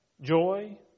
joy